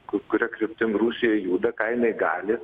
ku kuria kryptim rusija juda ką jinai gali